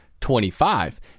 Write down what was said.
Twenty-five